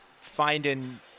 finding